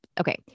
okay